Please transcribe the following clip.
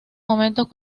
momentos